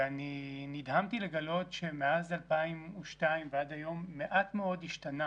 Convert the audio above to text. נדהמתי לגלות שמאז 2002 ועד היום, מעט מאוד השתנה